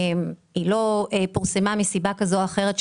והיא לא פורסמה מסיבה כזאת או אחרת.